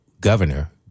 governor